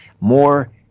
More